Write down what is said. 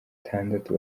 itandatu